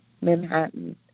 Manhattan